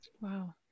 Wow